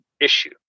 issue